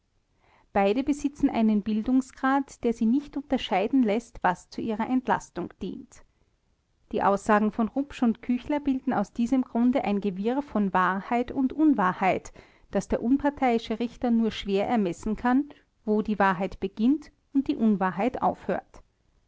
beide besitzen einen bildungsgrad der sie nicht unterscheiden läßt was zu ihrer entlastung dient die aussagen von rupsch und küchler bilden aus diesem grunde ein gewirr von wahrheit und unwahrheit daß der unparteiische richter nur schwer ermessen kann wo die wahrheit beginnt und die unwahrheit aufhört